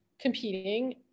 competing